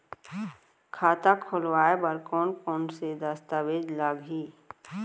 खाता खोलवाय बर कोन कोन से दस्तावेज लागही?